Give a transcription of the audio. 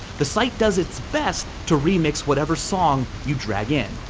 the site does its best to remix whatever song you drag in.